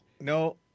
No